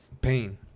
pain